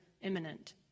imminent